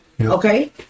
Okay